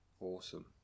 Awesome